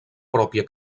pròpia